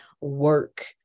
work